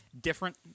different